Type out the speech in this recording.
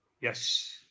Yes